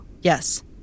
Yes